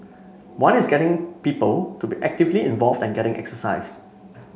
one is getting people to be actively involved and getting exercise